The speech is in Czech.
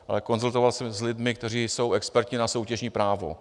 Ale konzultoval jsem to s lidmi, kteří jsou experty na soutěžní právo.